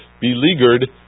beleaguered